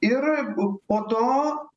ir po to